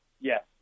yes